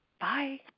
Bye